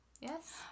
Yes